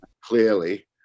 Clearly